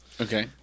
Okay